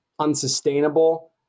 unsustainable